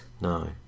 No